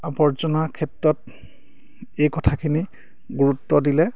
আৱৰ্জনাৰ ক্ষেত্ৰত এই কথাখিনি গুৰুত্ব দিলে